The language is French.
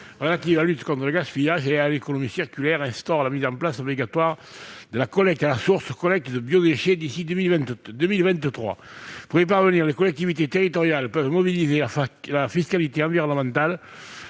relative à la lutte contre le gaspillage et à l'économie circulaire rend obligatoire la mise en place de la collecte à la source de biodéchets d'ici à 2023. Pour cela, les collectivités territoriales peuvent mobiliser la fiscalité environnementale